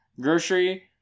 grocery